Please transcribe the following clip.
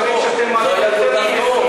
שאתה מביא כאן היום?